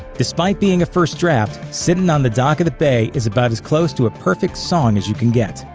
despite being a first draft, sittin' on the dock of the bay is about as close to a perfect song as you can get.